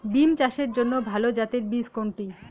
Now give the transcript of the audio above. বিম চাষের জন্য ভালো জাতের বীজ কোনটি?